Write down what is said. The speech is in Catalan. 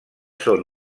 són